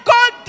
God